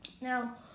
Now